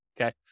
okay